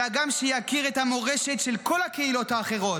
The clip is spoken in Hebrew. אלא גם שיכיר את המורשת של כל הקהילות האחרות,